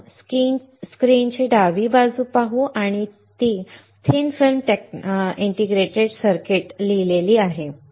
प्रथम स्क्रीनची डावी बाजू पाहू आणि ती थिन फिल्म इंटिग्रेटेड सर्किट लिहिलेली आहे